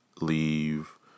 leave